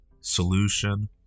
solution